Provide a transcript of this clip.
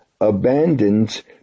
abandoned